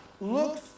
looks